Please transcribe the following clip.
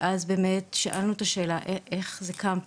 ואז באמת שאלנו את השאלה איך זה קם פה.